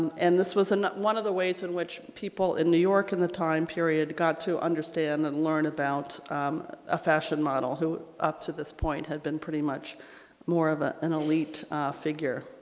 and this was an one of the ways in which people in new york and the time period got to understand and learn about a fashion model who up to this point had been pretty much more of ah an elite figure.